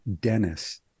Dennis